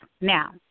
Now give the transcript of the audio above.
Now